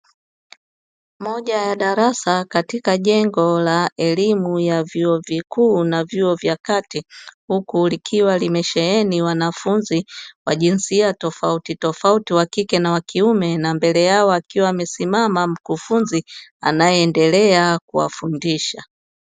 Moja ya darasa katika jengo la elimu ya vyuo vikuu na vyuo vya kati, huku likiwa limesheheni wanafunzi wa jinsia tofautitofauti wa kike na wa kiume, na mbele yao akiwa amesimama mkufunzi, anayeendelea kuwafundisha.